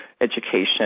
education